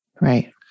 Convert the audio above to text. Right